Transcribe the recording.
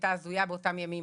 שהייתה הזויה באותם ימים.